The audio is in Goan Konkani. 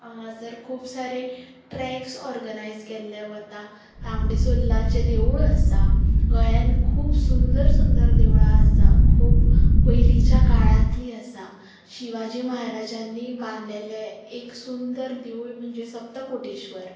हांगा सर खूब सारे ट्रॅक्स ऑर्गनायज केल्ले वता तांबडी सुल्लाचें देवूळ आसा गोंयान खूब सुंदर सुंदर देवळां आसा खूब पयलींच्या काळांतलीं आसा शिवाजी म्हाराजांनी बांदलेंलें एक सुंदर देवूळ म्हणजे सप्तकोटेश्वर